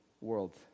world